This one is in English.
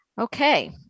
Okay